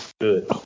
Good